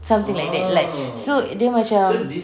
something like that like so dia macam